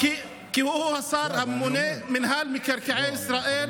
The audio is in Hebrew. כי הוא השר הממונה על מינהל מקרקעי ישראל.